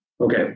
Okay